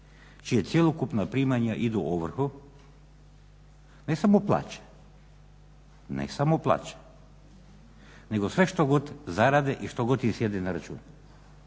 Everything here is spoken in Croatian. čija cjelokupna primanja idu ovrhom ne samo plaće, nego sve što god zarade i što god im sjedne na račun.